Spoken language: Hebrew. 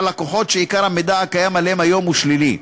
לקוחות שעיקר המידע הקיים עליהם היום הוא שלילי.